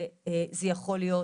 בנוסף, זה יכול להיות